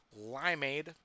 Limeade